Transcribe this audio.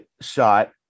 shot